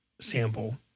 sample